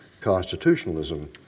constitutionalism